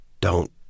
Don't